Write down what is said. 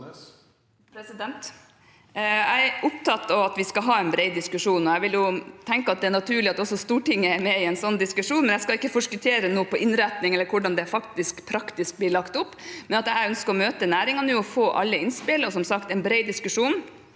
Jeg er opptatt av at vi skal ha en bred diskusjon. Jeg vil jo tenke at det er naturlig at også Stortinget er med i en sånn diskusjon. Jeg skal ikke forskuttere noe om innretning eller hvordan det praktisk blir lagt opp, men jeg ønsker å møte næringen og få alle innspill og – som sagt – en bred diskusjon